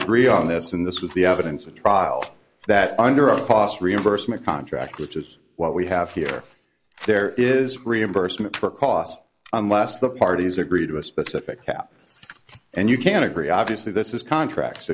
agree on this and this was the evidence at trial that under a cost reimbursement contract which is what we have here there is reimbursement for cost unless the parties agreed to a specific cap and you can agree obviously this is contracts